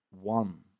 one